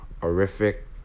horrific